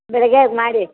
ಬೆಳಗ್ಗೆ ಅದು ಮಾಡಿ